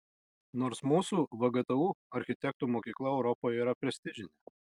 nors mūsų vgtu architektų mokykla europoje yra prestižinė